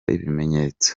ibimenyetso